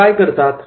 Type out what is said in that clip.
ते काय करतात